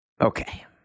Okay